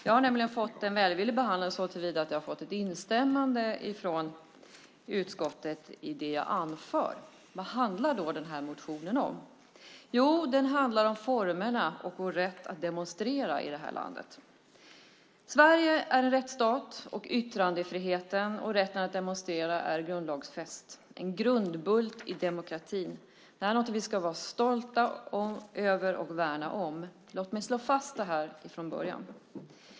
Jag har nämligen fått en välvillig behandling såtillvida att jag har fått ett instämmande från utskottet i det jag anför. Vad handlar då motionen om? Jo, den handlar om formerna för vår rätt att demonstrera i det här landet. Sverige är en rättsstat, och yttrandefriheten och rätten att demonstrera är grundlagsfästa; de är en grundbult i demokratin. Det är någonting vi ska vi vara stolta över och värna om. Låt mig slå fast det från början.